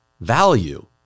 value